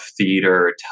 theater